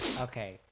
Okay